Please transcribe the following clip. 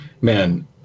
Man